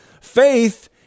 Faith